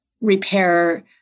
repair